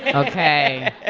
and ok. ah